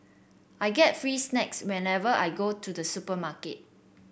I get free snacks whenever I go to the supermarket